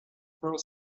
four